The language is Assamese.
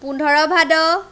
পোন্ধৰ ভাদ